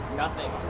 nothing.